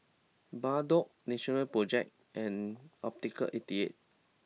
Bardot Natural Project and Optical eighty eight